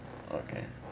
okay